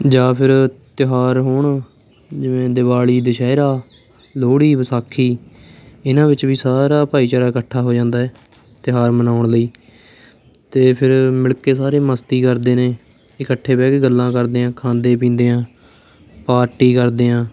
ਜਾਂ ਫਿਰ ਤਿਉਹਾਰ ਹੋਣ ਜਿਵੇਂ ਦਿਵਾਲੀ ਦੁਸ਼ਹਿਰਾ ਲੋਹੜੀ ਵਿਸਾਖੀ ਇਹਨਾਂ ਵਿੱਚ ਵੀ ਸਾਰਾ ਭਾਈਚਾਰਾ ਇਕੱਠਾ ਹੋ ਜਾਂਦਾ ਤਿਉਹਾਰ ਮਨਾਉਣ ਲਈ ਅਤੇ ਫਿਰ ਮਿਲ ਕੇ ਸਾਰੇ ਮਸਤੀ ਕਰਦੇ ਨੇ ਇਕੱਠੇ ਬਹਿ ਕੇ ਗੱਲਾਂ ਕਰਦੇ ਹਾਂ ਖਾਂਦੇ ਪੀਂਦੇ ਹਾਂ ਪਾਰਟੀ ਕਰਦੇ ਹਾਂ